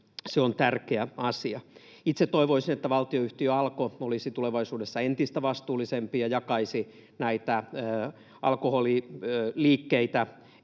Se on tärkeä asia. Itse toivoisin, että valtionyhtiö Alko olisi tulevaisuudessa entistä vastuullisempi ja jakaisi alkoholiliikkeitä